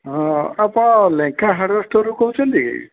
ହଁ ଆପଣ ଲେଙ୍କା ହାର୍ଡ଼ୱେୟାର୍ ଷ୍ଟୋର୍ରୁ କହୁଛନ୍ତି